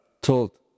told